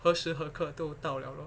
何时何刻都到 liao lor